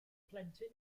plentyn